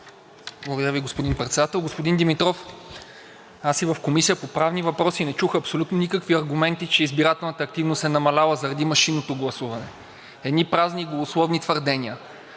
Благодаря Ви, господин Председател. Господин Димитров, аз и в Комисията по правни въпроси не чух абсолютно никакви аргументи, че избирателната активност е намаляла заради машинното гласуване. Едни празни, голословни твърдения.